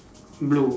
blue